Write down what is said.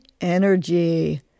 energy